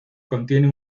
contiene